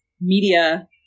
media